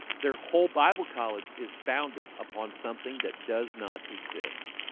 their whole bible college is founded upon something that does not exist.